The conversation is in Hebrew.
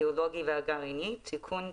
הביולוגי והגרעיני) (תיקון),